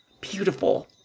beautiful